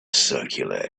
circular